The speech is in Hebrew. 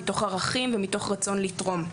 מתוך ערכים ומתוך רצון לתרום.